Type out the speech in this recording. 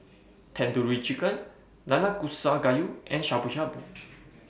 Tandoori Chicken Nanakusa Gayu and Shabu Shabu